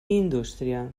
indústria